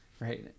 right